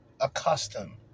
accustomed